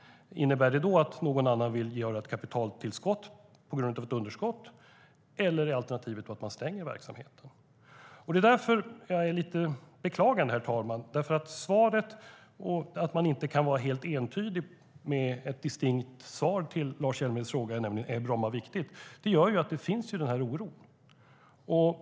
Vill någon annan göra ett kapitaltillskott på grund av ett underskott, eller är alternativet att man stänger verksamheten? Det är därför jag är lite beklagande, herr talman. Att man inte kan vara helt entydig och ge ett distinkt svar på Lars Hjälmereds fråga om Bromma är viktigt gör att det finns oro.